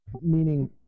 Meaning